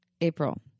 April